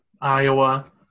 Iowa